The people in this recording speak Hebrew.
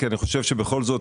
כי אני חושב שבכל זאת,